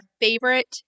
favorite